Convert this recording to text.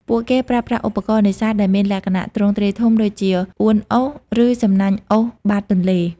ពួកគេប្រើប្រាស់ឧបករណ៍នេសាទដែលមានលក្ខណៈ ទ្រង់ទ្រាយធំ ដូចជា អួនអូស ឬសំណាញ់អូសបាតទន្លេ។